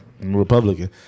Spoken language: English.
Republican